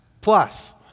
plus